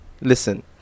Listen